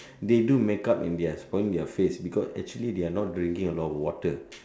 they do make-up and they're spoiling their face because actually they're not drinking a lot of water